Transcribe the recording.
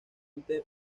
ponte